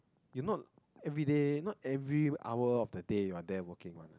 you not everyday not every hour of the day you are there working one